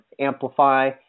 Amplify